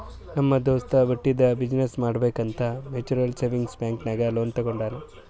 ನಮ್ ದೋಸ್ತ ಬಟ್ಟಿದು ಬಿಸಿನ್ನೆಸ್ ಮಾಡ್ಬೇಕ್ ಅಂತ್ ಮ್ಯುಚುವಲ್ ಸೇವಿಂಗ್ಸ್ ಬ್ಯಾಂಕ್ ನಾಗ್ ಲೋನ್ ತಗೊಂಡಾನ್